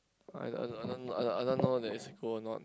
I I I don't want know I I don't want know that it's cool or not